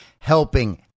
helping